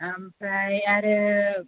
ओमफ्राय आरो